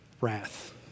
Wrath